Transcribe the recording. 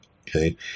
Okay